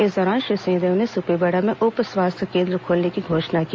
इस दौरान श्री सिंहदेव ने सुपेबेड़ा में उप स्वास्थ्य केन्द्र खोलने की घोषणा की